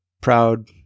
proud